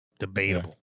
debatable